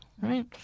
right